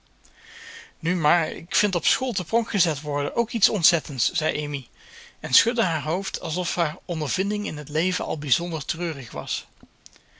nu maar ik vind op school te pronk gezet te worden ook iets ontzettends zei amy en schudde haar hoofd alsof haar ondervinding in het leven al bijzonder treurig was